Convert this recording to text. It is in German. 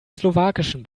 slowakischen